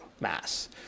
Mass